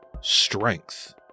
strength